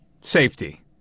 safety